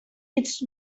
its